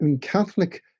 Catholic